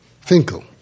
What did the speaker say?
Finkel